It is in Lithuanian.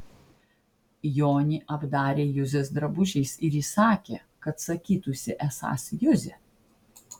jonį apdarė juzės drabužiais ir įsakė kad sakytųsi esąs juzė